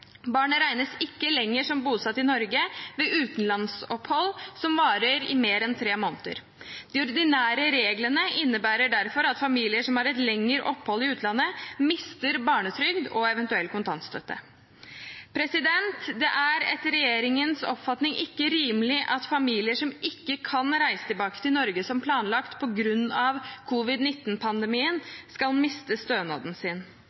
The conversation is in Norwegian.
Barnet regnes ikke lenger som bosatt i Norge ved utenlandsopphold som varer i mer enn tre måneder. De ordinære reglene innebærer derfor at familier som har et lengre opphold i utlandet, mister barnetrygd og eventuelt kontantstøtte. Det er etter regjeringens oppfatning ikke rimelig at familier som på grunn av covid-19-pandemien ikke kan reise tilbake til Norge som planlagt, skal miste stønaden sin.